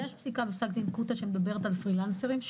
בפסק דין כותה שמדברת על פרילנסרים,